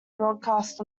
broadcast